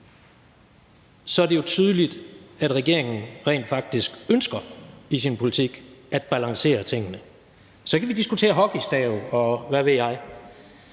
er det jo tydeligt, at regeringen i sin politik rent faktisk ønsker at balancere tingene. Så kan vi diskutere hockeystave, og hvad ved jeg,